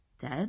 dead